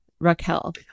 Raquel